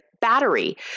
battery